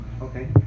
Okay